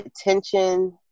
attention